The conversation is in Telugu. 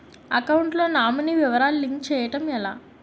అకౌంట్ లో నామినీ వివరాలు లింక్ చేయటం ఎలా?